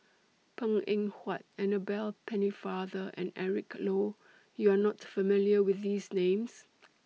Png Eng Huat Annabel Pennefather and Eric Low YOU Are not familiar with These Names